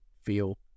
feel